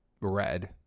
red